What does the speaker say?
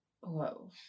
whoa